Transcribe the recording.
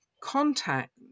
contact